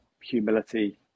humility